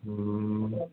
ह्म्